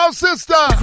sister